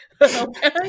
okay